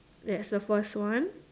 that's the first one